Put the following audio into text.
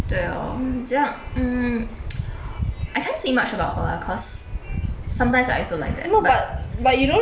对 orh 这样 mm I can't say much about her lah cause sometimes I also like that but